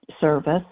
service